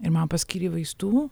ir man paskyrė vaistų